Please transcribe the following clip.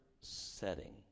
setting